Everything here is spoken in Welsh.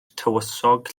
tywysog